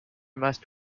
must